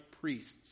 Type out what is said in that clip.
priests